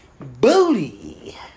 booty